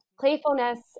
Playfulness